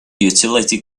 utility